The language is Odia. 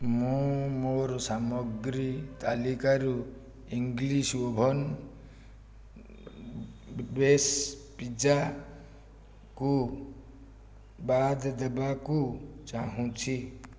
ମୁଁ ମୋର ସାମଗ୍ରୀ ତାଲିକାରୁ ଇଂଲିଶ ଓଭନ ବେସ ପିଜ୍ଜାକୁ ବାଦ ଦେବାକୁ ଚାହୁଁଛି